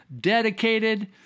dedicated